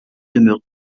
demeure